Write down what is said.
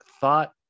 thought